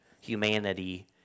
humanity